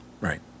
Right